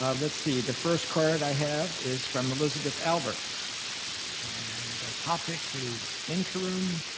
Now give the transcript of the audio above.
ah let's see, the first card i have is from elizabeth albert and the topic is interim